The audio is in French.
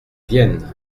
viennent